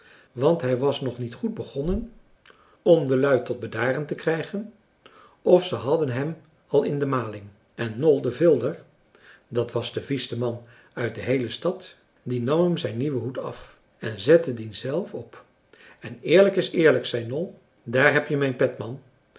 want hij was nog niet goed begonnen om de lui tot bedaren te krijgen of ze hadden hem al in de maling en nol de vilder dat was de vieste man uit de heele stad die nam hem zijn nieuwen hoed af en zette dien zelf op en eerlijk is eerlijk zei nol daar heb je mijn